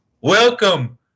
Welcome